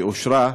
והיא אושרה,